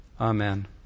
Amen